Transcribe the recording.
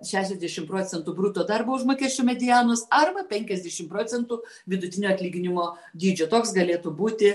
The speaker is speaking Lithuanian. šešiasdešim procentų bruto darbo užmokesčio medianos arba penkiasdešim procentų vidutinio atlyginimo dydžio toks galėtų būti